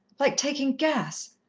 like taking gas.